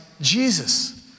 Jesus